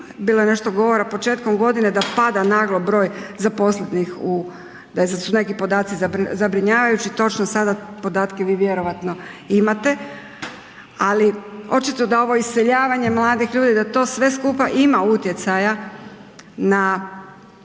bilo je nešto govora početkom godine da pada naglo broj zaposlenih u, da su neki podaci zabrinjavajući, točno sada podatke vi vjerojatno imate, ali očito da ovo iseljavanje mladih ljudi, da to sve skupa ima utjecaja na